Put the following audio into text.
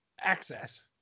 access